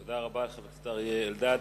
תודה רבה לחבר הכנסת אריה אלדד.